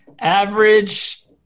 average